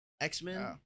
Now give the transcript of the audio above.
x-men